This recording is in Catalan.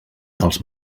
dels